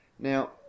Now